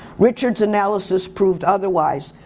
richard's analysis proved otherwise.